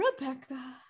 Rebecca